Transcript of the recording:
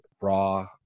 raw